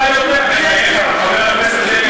אתה יודע, היא שקר.